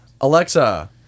Alexa